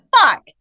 fuck